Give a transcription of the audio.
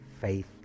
faith